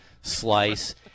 slice